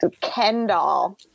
Kendall